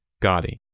Gotti